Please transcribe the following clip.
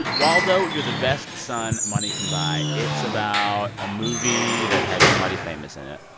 waldo, you're the best son money can buy. it's about a movie that had somebody famous in it.